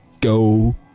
go